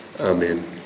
Amen